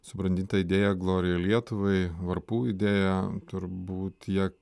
subrandintą idėją glorija lietuvai varpų idėją turbūt jie